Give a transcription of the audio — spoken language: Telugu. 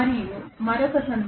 మరొక సందర్భంలో